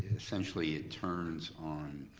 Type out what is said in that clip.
essentially it turns on,